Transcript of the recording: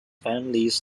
families